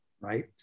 right